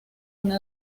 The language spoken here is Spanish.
una